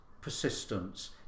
persistence